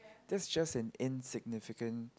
that's just an insignificant